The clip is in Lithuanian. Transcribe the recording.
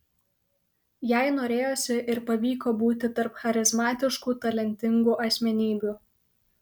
jai norėjosi ir pavyko būti tarp charizmatiškų talentingų asmenybių